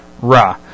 Ra